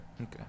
okay